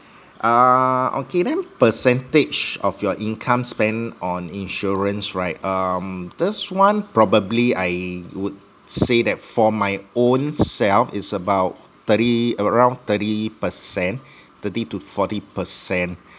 uh okay then percentage of your income spent on insurance right um this one probably I would say that for my own self is about thirty around thirty percent thirty to forty percent